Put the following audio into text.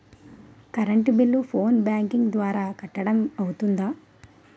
Current bill phone banking ద్వారా కట్టడం అవ్తుందా?